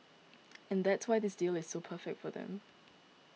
and that's why this deal is so perfect for them